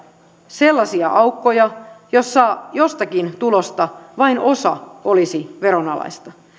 sellaisia aukkoja joissa jostakin tulosta vain osa olisi veronalaista